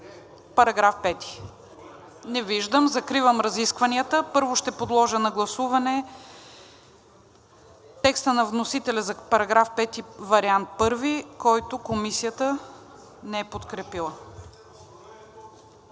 по § 5? Не виждам. Закривам разискванията. Първо ще подложа на гласуване текста на вносителя за § 5, Вариант 1, който Комисията не е подкрепила.